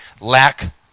lack